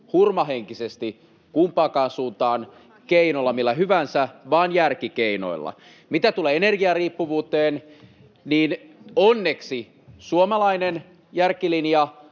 hurmahenkisesti kumpaankaan suuntaan keinolla millä hyvänsä, vaan järkikeinoilla. Mitä tulee energiariippuvuuteen, niin onneksi suomalainen järkilinja